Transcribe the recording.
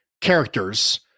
characters